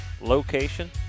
location